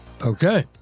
Okay